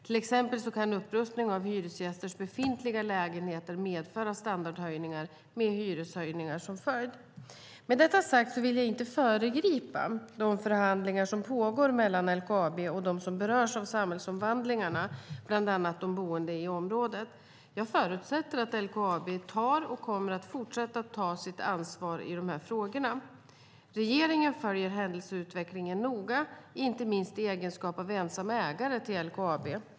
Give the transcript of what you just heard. Till exempel kan upprustning av hyresgästers befintliga lägenheter medföra standardhöjningar med hyreshöjningar som följd. Med detta sagt vill jag inte föregripa de förhandlingar som pågår mellan LKAB och dem som berörs av samhällsomvandlingarna, bland annat de boende i området. Jag förutsätter att LKAB tar och kommer att fortsätta att ta sitt ansvar i dessa frågor. Regeringen följer händelseutvecklingen noga, inte minst i egenskap av ensam ägare till LKAB.